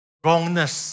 wrongness